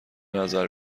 نظر